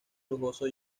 lujoso